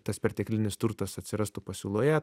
tas perteklinis turtas atsirastų pasiūloje